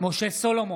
משה סולומון,